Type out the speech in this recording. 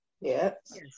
Yes